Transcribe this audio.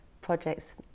projects